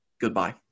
Goodbye